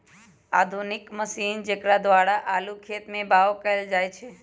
आधुनिक मशीन जेकरा द्वारा आलू खेत में बाओ कएल जाए छै